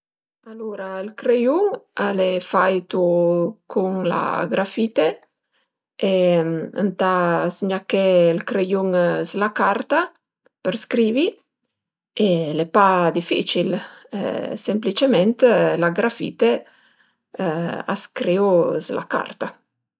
Alura ël creiun al e fait u cun la grafite e ëntà zgnaché ël creiun s'la carta për scrivi, e al e pa dificil, semplicement ka grafite a scriu s'la carta